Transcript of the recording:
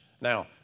Now